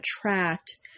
attract